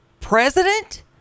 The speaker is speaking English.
president